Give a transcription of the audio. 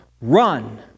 run